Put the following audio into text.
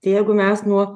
tai jeigu mes nuo